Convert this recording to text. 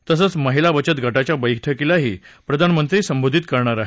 तसंच महिला बचत गटाच्या बळ्कीलाही प्रधानमंत्री संबोधित करणार आहेत